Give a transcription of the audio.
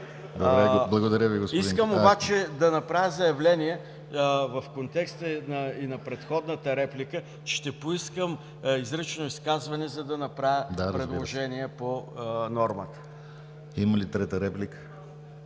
Искам обаче да направя заявление в контекста и на предходната реплика, че ще поискам изрично изказване, за да направя предложение по нормата. ПРЕДСЕДАТЕЛ ДИМИТЪР